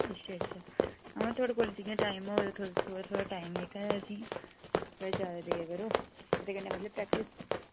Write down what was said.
अच्छा अच्छा उआं थोआड़े कोल जि'यां टाइम होए ते तुस थोह्ड़ थोह्ड़ा टाइम जेका असेंगी थोह्ड़ा ज्यादा देआ करो ओह्दे कन्नै मतलब प्रैक्टिस